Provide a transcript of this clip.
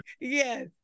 Yes